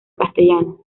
castellano